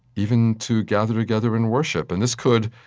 even to gather together and worship. and this could,